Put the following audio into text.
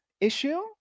issue